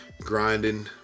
grinding